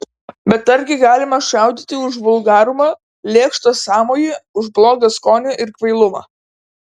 bet argi galima šaudyti už vulgarumą lėkštą sąmojį už blogą skonį ir kvailumą